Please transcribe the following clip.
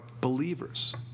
believers